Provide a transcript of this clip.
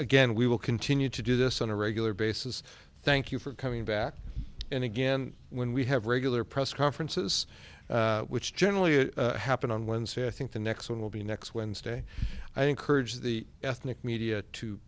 again we will continue to do this on a regular basis thank you for coming back and again when we have regular press conferences which generally happen on wednesday i think the next one will be next wednesday i encourage the ethnic media to